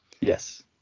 Yes